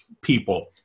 people